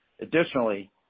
Additionally